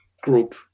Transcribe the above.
group